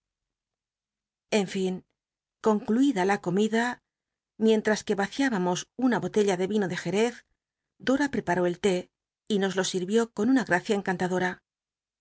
en nn concluida la comida mientaas que vacirbamos un a botella de vino de jerez doaa prcpaaó el té y nos lo sirvió con una racia cncantadora